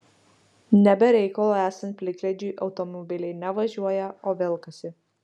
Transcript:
ne be reikalo esant plikledžiui automobiliai ne važiuoja o velkasi